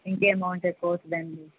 ఇంకేం బాగుంటే